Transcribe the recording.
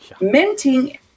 Minting